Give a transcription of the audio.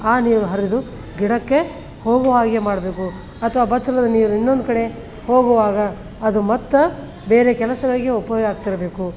ಆ ನೀರು ಹರಿದು ಗಿಡಕ್ಕೆ ಹೋಗುವಾಗೆ ಮಾಡಬೇಕು ಅಥವಾ ಬಚ್ಚಲದ ನೀರು ಇನ್ನೊಂದು ಕಡೆ ಹೋಗುವಾಗ ಅದು ಮತ್ತೆ ಬೇರೆ ಕೆಲಸಗಳಿಗೆ ಉಪಯೋಗ ಆಗ್ತಿರಬೇಕು